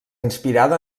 inspirada